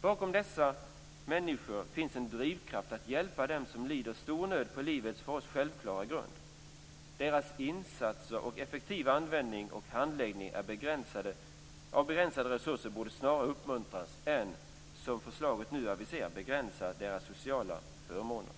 Bakom dessa människor finns en drivkraft att hjälpa dem som lider stor nöd på det som för oss är självklara grunder i livet. Deras insatser och effektiva användning och handläggning av begränsade resurser borde snarare uppmuntras än, som aviseras i förslaget, begränsas när det gäller deras sociala förmåner.